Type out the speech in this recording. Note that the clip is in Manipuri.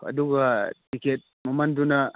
ꯑꯗꯨꯒ ꯇꯤꯀꯦꯠ ꯃꯃꯟꯗꯨꯅ